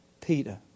Peter